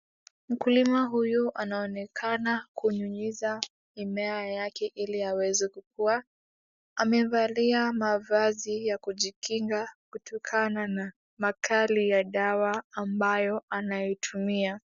Mkulima huyu anaonekana kunyunyiza mimea yake ili yaweza kukua amevalia mavazi ya kujikinga kutokana na makali ya dawa anayoitumia.